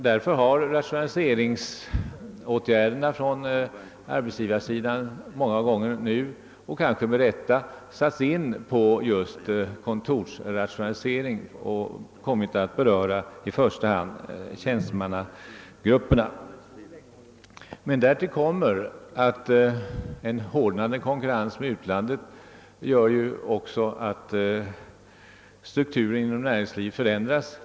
Därför har rationaliseringsåtgärderna från arbetsgivarsidan och kanske med rätta satts in på just kontorsrationaliseringen och kommit att beröra i första hand tjänstemannagrupperna. Därtill kommer att en hårdnande konkurrens med utlandet medfört att strukturen inom näringslivet förändrats.